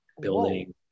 building